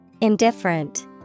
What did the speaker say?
Indifferent